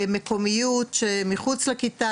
מקומיות שמחוץ לכיתה,